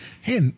hey